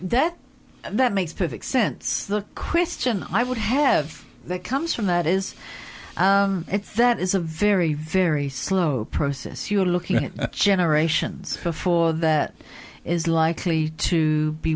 that that makes perfect sense the question i would have that comes from that is that is a very very slow process you are looking at generations before that is likely to be